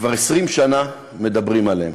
כבר 20 שנה מדברים עליהם,